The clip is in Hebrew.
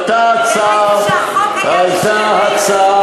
עלתה הצעה,